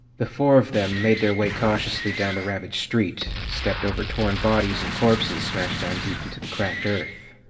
the four of them made their way cautiously down the ravaged street, stepped over torn bodies and corpses smashed down deep into the cracked earth.